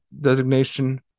designation